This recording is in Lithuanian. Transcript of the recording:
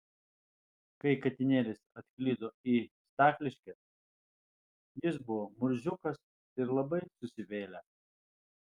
kai katinėlis atklydo į stakliškes jis buvo murziukas ir labai susivėlęs